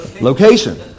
location